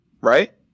right